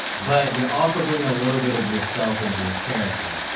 but you're also bringing a little bit of yourself into this character.